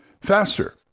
faster